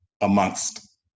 amongst